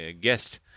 guest